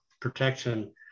protection